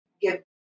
give